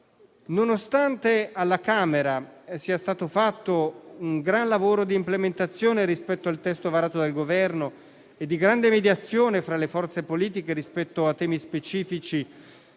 Nonostante alla Camera sia stato fatto un gran lavoro di implementazione rispetto al testo varato dal Governo e di grande mediazione fra le forze politiche rispetto a temi specifici